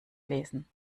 lesen